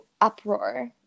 uproar